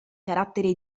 carattere